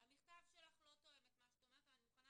המכתב שלך לא תואם את מה שאת אומרת אבל אני מוכנה